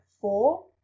four